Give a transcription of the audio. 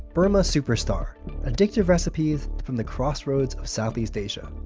burma superstar addictive recipes from the crossroads of southeast asia.